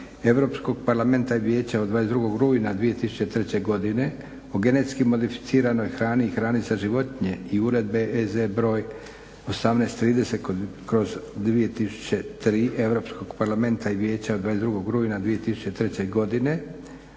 Europskoga parlamenta i vijeća od 22. rujna 2003. godine o genetski modificiranoj hrani i hrani za životinje i uredbe (EZ) br. 1830/2003 Europskoga parlamenta i vijeća od 22. rujna 2003. Godine